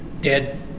dead